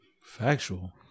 Factual